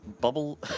bubble